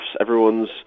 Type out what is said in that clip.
everyone's